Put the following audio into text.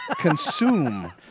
Consume